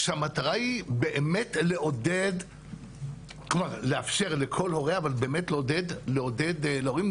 כשהמטרה היא באמת לאפשר לכל הורה אבל באמת לעודד הורים,